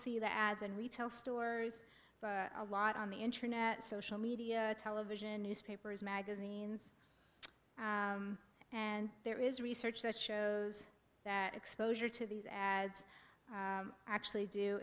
see the ads in retail stores a lot on the internet social media television newspapers magazines and there is research that shows that exposure to these ads actually do